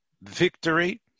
victory